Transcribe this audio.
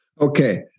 Okay